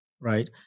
right